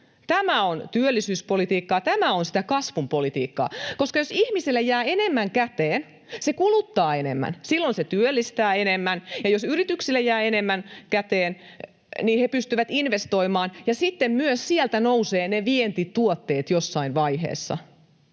Tämä on työllisyyspolitiikkaa, tämä on sitä kasvun politiikkaa. Jos ihmiselle jää enemmän käteen, hän kuluttaa enemmän, silloin se työllistää enemmän, ja jos yrityksille jää enemmän käteen, niin he pystyvät investoimaan, ja sitten sieltä nousevat myös ne vientituotteet jossain vaiheessa.